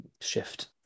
shift